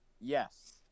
Yes